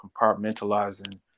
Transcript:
compartmentalizing